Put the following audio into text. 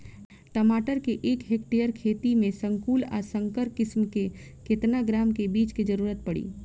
टमाटर के एक हेक्टेयर के खेती में संकुल आ संकर किश्म के केतना ग्राम के बीज के जरूरत पड़ी?